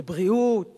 לבריאות